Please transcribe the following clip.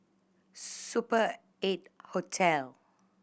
Super Eight Hotel